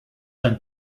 ein